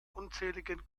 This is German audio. unzähligen